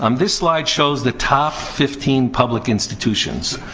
um this slide shows the top fifteen public institutions.